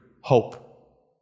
hope